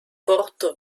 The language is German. porto